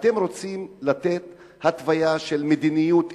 רוצים לתת התוויה של מדיניות אחת,